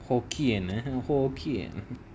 hokkien hokkien